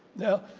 now,